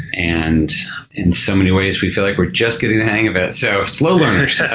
and in so many ways, we feel like we're just getting the hang of it, so slow learners.